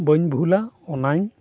ᱵᱟᱹᱧ ᱵᱷᱩᱞᱟ ᱚᱱᱟᱧ